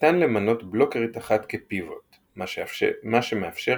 ניתן למנות בלוקרית אחת כ"פיווט" - מה שמאפשר